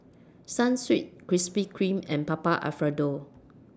Sunsweet Krispy Kreme and Papa Alfredo